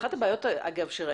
אחת הבעיות שראינו,